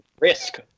risk